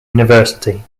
university